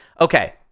okay